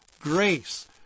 grace